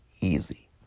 easy